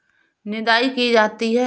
निदाई की जाती है?